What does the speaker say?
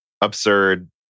absurd